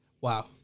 Wow